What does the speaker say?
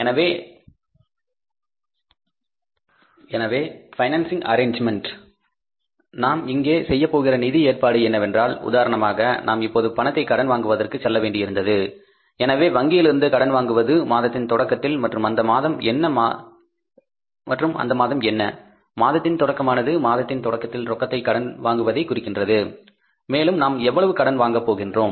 எனவே financing arrangement நாம் இங்கே செய்யப் போகிற நிதி ஏற்பாடு என்னவென்றால் உதாரணமாக நாம் இப்போது பணத்தை கடன் வாங்குவதற்கு செல்ல வேண்டியிருந்தது எனவே வங்கியில் இருந்து கடன் வாங்குவது மாதத்தின் தொடக்கத்தில் மற்றும் அந்த மாதம் என்ன மாதத்தின் தொடக்கமானது மாதத்தின் தொடக்கத்தில் ரொக்கத்தை கடன் வாங்குவதைக் குறிக்கிறது மேலும் நாம் எவ்வளவு கடன் வாங்க போகின்றோம்